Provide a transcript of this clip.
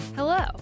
Hello